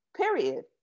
period